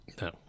No